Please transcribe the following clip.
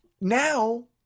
now